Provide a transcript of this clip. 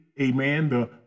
Amen